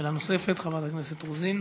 שאלה נוספת, חברת הכנסת רוזין.